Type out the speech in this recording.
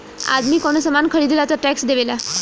आदमी कवनो सामान ख़रीदेला तऽ टैक्स देवेला